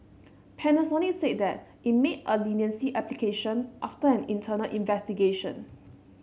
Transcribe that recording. Panasonic said that it made a leniency application after an internal investigation